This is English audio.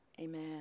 Amen